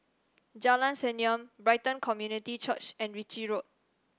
Jalan Senyum Brighton Community Church and Ritchie Road